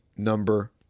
number